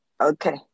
Okay